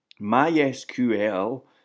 MySQL